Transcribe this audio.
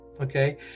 Okay